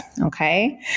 okay